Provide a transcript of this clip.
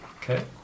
Okay